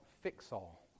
fix-all